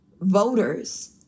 voters